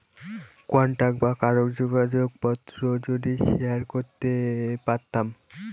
contact বা কারোর যোগাযোগ পত্র যদি শেয়ার করতে পারতাম